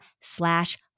slash